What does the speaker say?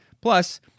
Plus